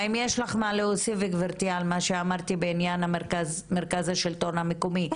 האם יש לך מה להוסיף גברתי על מה שאמרתי בעניין מרכז השלטון המקומי?